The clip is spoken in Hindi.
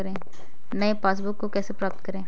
नई पासबुक को कैसे प्राप्त करें?